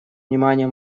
внимание